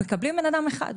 מקבלים בן אדם אחד,